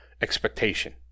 expectation